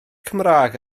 cymraeg